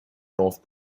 north